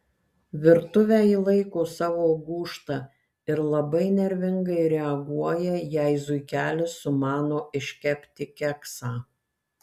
virtuvę ji laiko savo gūžta ir labai nervingai reaguoja jei zuikelis sumano iškepti keksą